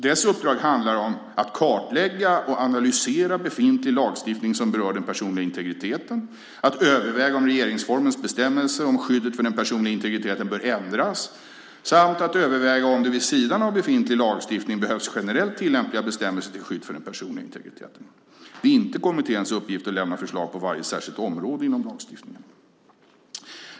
Dess uppdrag handlar om att kartlägga och analysera befintlig lagstiftning som berör den personliga integriteten, att överväga om regeringsformens bestämmelse om skyddet för den personliga integriteten bör ändras samt att överväga om det - vid sidan av befintlig lagstiftning - behövs generellt tillämpliga bestämmelser till skydd för den personliga integriteten. Det är inte kommitténs uppgift att lämna förslag på varje särskilt område inom lagstiftningen.